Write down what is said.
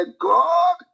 God